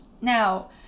Now